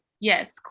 Yes